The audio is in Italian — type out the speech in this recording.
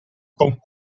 con